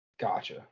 Gotcha